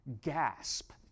gasp